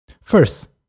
First